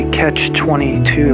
catch-22